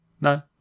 No